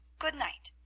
good-night,